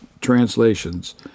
translations